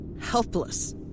helpless